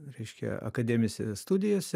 reiškia akademėse studijose